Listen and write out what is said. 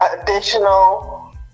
additional